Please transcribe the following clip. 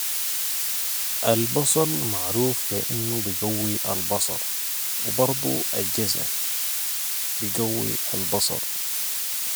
البصل معروف بي انو بيقوي البصر و برضو الجزر بقوي البصر